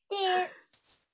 dance